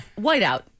Whiteout